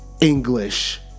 English